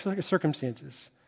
circumstances